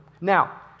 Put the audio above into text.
Now